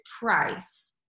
price